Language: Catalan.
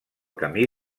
camí